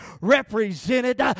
represented